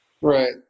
Right